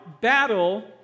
battle